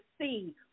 see